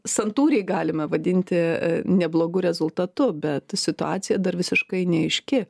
santūriai galime vadinti neblogu rezultatu bet situacija dar visiškai neaiški